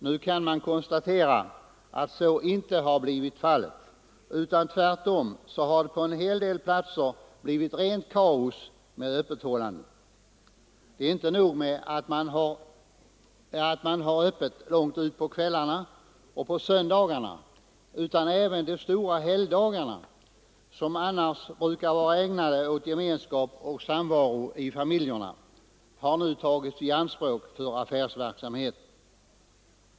Nu kan det konstateras att så inte har blivit fallet, utan tvärtom har det på en del platser blivit rent kaos med öppethållandet. Inte nog med att man har öppet långt ut på kvällarna och på söndagarna, utan även de stora helgdagarna, som annars brukar vara ägnade åt gemenskap och samvaro i familjerna, har nu tagits i anspråk för affärsverksamhet.